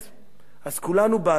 אז כולנו באנו, ותראו,